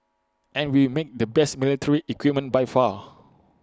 and we make the best military equipment by far